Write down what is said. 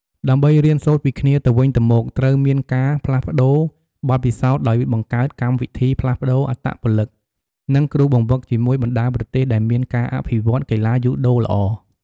ដើម្បីរៀនសូត្រពីគ្នាទៅវិញទៅមក ត្រូវមានការផ្លាស់ប្តូរបទពិសោធន៍ដោយបង្កើតកម្មវិធីផ្លាស់ប្តូរអត្តពលិក និងគ្រូបង្វឹកជាមួយបណ្តាប្រទេសដែលមានការអភិវឌ្ឍន៍កីឡាយូដូល្អ ។